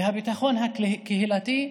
והקהילתי,